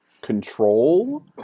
control